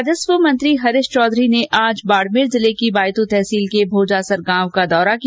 राजस्व मंत्री हरीश चौधरी ने आज बाड़मेर जिले की बायतू तहसील के भोजासर गांव का दौरा किया